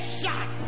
shot